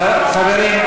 חברים,